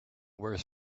where